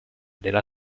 della